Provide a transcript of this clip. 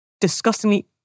disgustingly